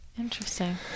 Interesting